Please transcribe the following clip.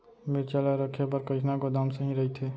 मिरचा ला रखे बर कईसना गोदाम सही रइथे?